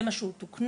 זה מה שהוא תוקנן,